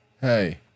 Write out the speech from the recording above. Hey